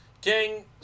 King